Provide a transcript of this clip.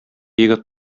егет